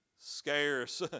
scarce